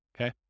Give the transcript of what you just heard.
Okay